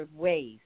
ways